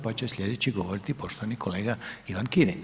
Pa će sljedeći govoriti poštovani kolega Ivan Kirin.